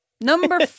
Number